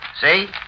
See